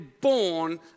born